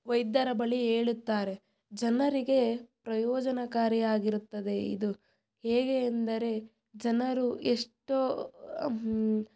ವೈದ್ಯರ ಬಳಿ ಹೇಳುತ್ತಾರೆ ಜನರಿಗೆ ಪ್ರಯೋಜನಕಾರಿ ಆಗಿರುತ್ತದೆ ಇದು ಹೇಗೆ ಅಂದರೆ ಜನರು ಎಷ್ಟೋ